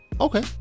Okay